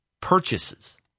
Purchases